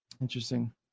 Interesting